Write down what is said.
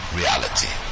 reality